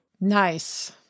Nice